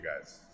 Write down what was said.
guys